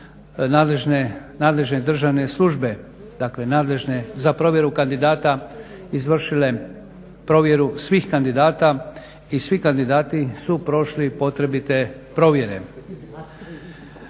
nadležne državne službe za provjeru kandidata izvršile provjeru svih kandidata i svi kandidati su prošli potrebite provjere.